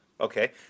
Okay